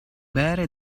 bere